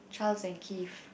Charles and Keith